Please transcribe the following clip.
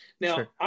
Now